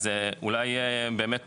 אז אולי באמת,